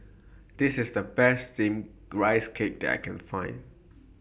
This IS The Best Steamed Rice Cake that I Can Find